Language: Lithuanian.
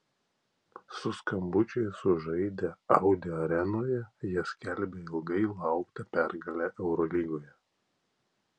su skambučiais sužaidę audi arenoje jie skelbė ilgai lauktą pergalę eurolygoje